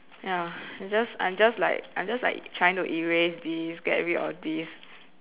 ya just I'm just I'm just like trying to erase this get rid of this